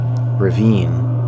ravine